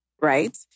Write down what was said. right